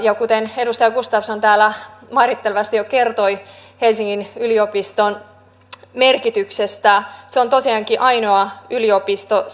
ja kuten edustaja gustafsson täällä mairittelevasti jo kertoi helsingin yliopiston merkityksestä se on tosiaankin ainoa yliopisto